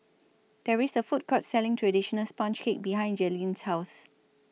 There IS A Food Court Selling Traditional Sponge Cake behind Jaylyn's House